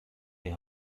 die